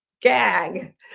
GAG